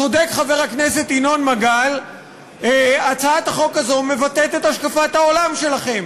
צודק חבר הכנסת ינון מגל שהצעת החוק הזו מבטאת את השקפת העולם שלכם.